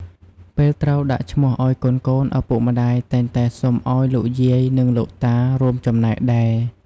ពេលត្រូវដាក់ឈ្មោះឱ្យកូនៗ ឪពុកម្ដាយតែងតែសុំឱ្យលោកយាយ និងលោកតារួមចំណែកដែរ។